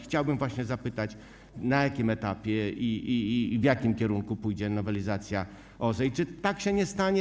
Chciałbym właśnie zapytać, na jakim etapie jest i w jakim kierunku pójdzie nowelizacja OZE, i czy tak się też nie stanie.